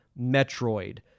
Metroid